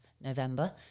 November